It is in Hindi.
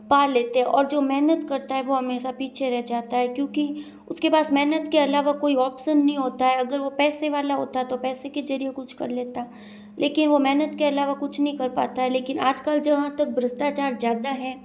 पा लेते और जो मेहनत करता है वो हमेशा पीछे रह जाता है क्योंकि उसके पास मेहनत के आलावा कोई ओप्सन नहीं होता है अगर वो पैसे वाला होता तो पैसे के ज़रिए कुछ कर लेता लेकिन वो मेहनत के अलावा कुछ नहीं कर पता है लेकिन आज कल जहाँ तक भ्रष्टाचार ज़्यादा है